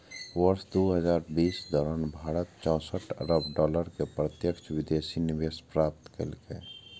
वर्ष दू हजार बीसक दौरान भारत चौंसठ अरब डॉलर के प्रत्यक्ष विदेशी निवेश प्राप्त केलकै